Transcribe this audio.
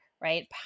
right